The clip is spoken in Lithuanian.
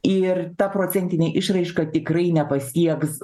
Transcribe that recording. ir ta procentinė išraiška tikrai nepasieks